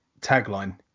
tagline